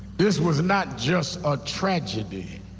this was not just a tragedy.